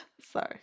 sorry